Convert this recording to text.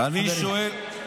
אני רוצה לדעת.